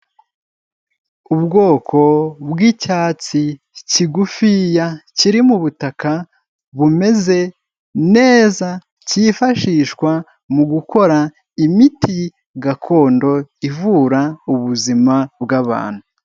Ubwoko bwi'cyatsi kigufiya kiri mu butaka bumeze neza, cyifashishwa mu gukora imiti gakondo ivura ubuzima bw'abantu.